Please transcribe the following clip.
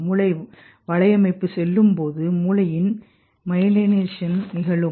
மூளை வலையமைப்பு செல்லும்போது மூளையில் மெயலீனேஷன் நிகழும்